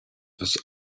was